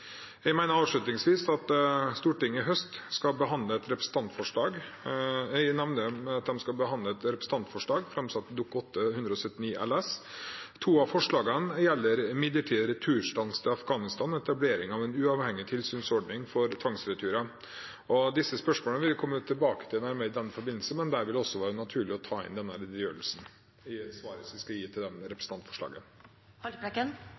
Jeg nevner avslutningsvis at Stortinget i høst skal behandle et representantforslag, framsatt i Dokument 8:179 LS for 2018–2019. To av forslagene gjelder midlertidig returstans til Afghanistan og etablering av en uavhengig tilsynsordning for tvangsreturer. Disse spørsmålene vil jeg komme nærmere tilbake til i den forbindelse, men det vil også være naturlig å ta inn denne redegjørelsen i svaret jeg skal gi på det representantforslaget. Jeg takker for svaret. Jeg oppfatter svaret på mitt spørsmål som at statsråden kommer tilbake til